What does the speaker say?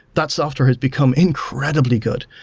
that software has become incredibly good,